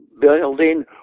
building